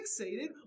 fixated